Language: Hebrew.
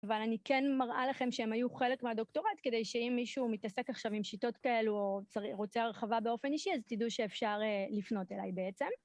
אבל אני כן מראה לכם שהם היו חלק מהדוקטורט, כדי שאם מישהו מתעסק עכשיו עם שיטות כאלו או רוצה הרחבה באופן אישי, אז תדעו שאפשר לפנות אליי בעצם.